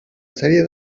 sèrie